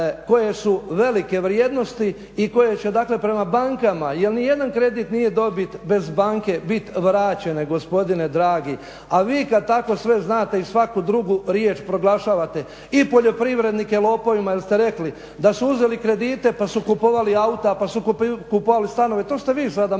koje su velike vrijednosti i koje će dakle prema bankama jer ni jedan kredit nije dobit bez banke biti vraćeni gospodine dragi a vi kad tako sve znate i svaku drugu riječ proglašavate i poljoprivrednike lopovima jer ste rekli da su uzeli kredite, pa su kupovali auta, pa su kupovali stanove, to ste vi sada malo